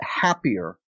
happier